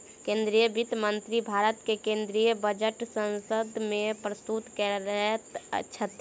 केंद्रीय वित्त मंत्री भारत के केंद्रीय बजट संसद में प्रस्तुत करैत छथि